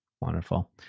Wonderful